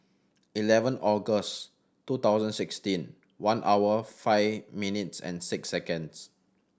eleven August two thousand sixteen one hour five minutes and six seconds